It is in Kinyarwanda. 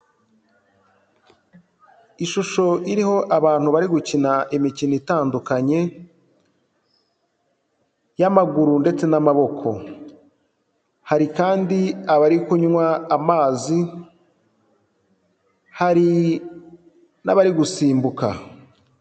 Ishusho iriho abantu bari gukina imikino itandukanye y'amaguru ndetse n'amaboko, hari kandi abari kunywa amazi, hari n'abari gusimbuka.